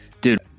Dude